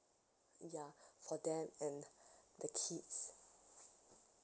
ya for them and the kids